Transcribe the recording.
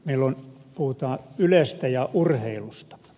meillä puhutaan ylestä ja urheilusta